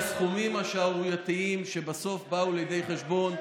הסכומים השערורייתיים שבסוף באו בחשבון.